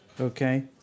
Okay